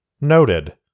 noted